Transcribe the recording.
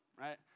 right